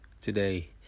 today